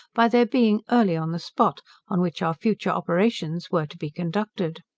by their being early on the spot on which our future operations were to be conducted.